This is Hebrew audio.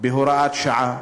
בהוראת שעה.